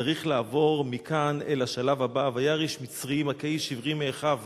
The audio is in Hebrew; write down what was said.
צריך לעבור מכאן אל השלב הבא: "וירא איש מצרי מכה איש עברי מאחיו